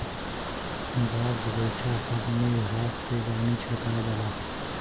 बाग बगइचा सब में घास पे पानी छिड़कल जाला